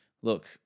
look